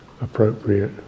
appropriate